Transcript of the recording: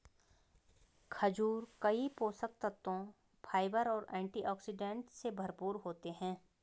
खजूर कई पोषक तत्वों, फाइबर और एंटीऑक्सीडेंट से भरपूर होते हैं